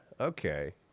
okay